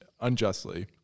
unjustly